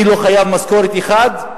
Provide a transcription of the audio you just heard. אני לא חייב משכורת אחת.